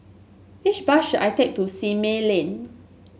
which bus should I take to Simei Lane